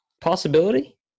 possibility